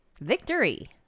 Victory